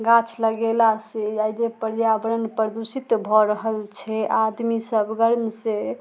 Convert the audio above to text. गाछ लगेलासँ आइ जे पर्यावरण प्रदूषित भऽ रहल छै आदमी सब गरमसँ